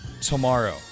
tomorrow